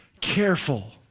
careful